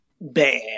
bad